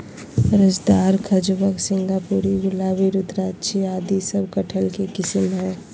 रसदार, खजवा, सिंगापुरी, गुलाबी, रुद्राक्षी आदि सब कटहल के किस्म हय